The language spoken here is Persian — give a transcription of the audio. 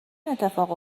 اتفاق